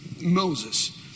Moses